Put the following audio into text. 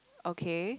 okay